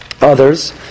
others